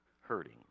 hurting